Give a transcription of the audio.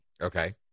okay